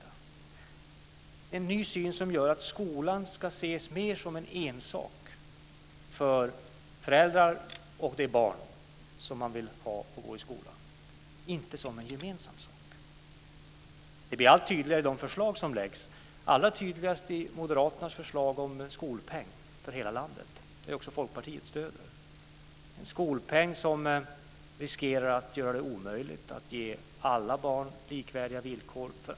Det är en ny syn som går ut på att skolan ska ses mer som en ensak för föräldrar och de barn som man vill ha och som ska gå i skolan, inte som en gemensam sak. Det här blir allt tydligare i de förslag som läggs fram och allra tydligast i Moderaternas förslag om skolpeng för hela landet. Också Folkpartiet stöder detta. Det ska vara en skolpeng som riskerar att göra det omöjligt att ge alla barn likvärdiga villkor.